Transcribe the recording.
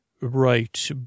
Right